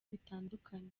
bitandukanye